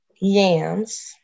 yams